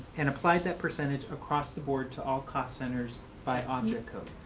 and applied that percentage across the board to all cost centers by object code.